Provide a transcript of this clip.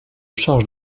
charges